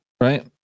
right